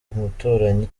umuturanyi